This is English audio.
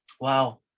Wow